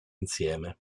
insieme